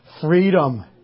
freedom